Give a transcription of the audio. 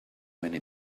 many